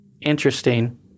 interesting